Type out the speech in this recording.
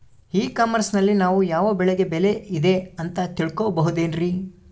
E commerce ನಲ್ಲಿ ನಾವು ಯಾವ ಬೆಳೆಗೆ ಬೆಲೆ ಇದೆ ಅಂತ ತಿಳ್ಕೋ ಬಹುದೇನ್ರಿ?